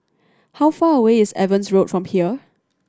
how far away is Evans Road from here